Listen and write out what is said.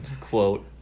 quote